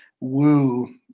woo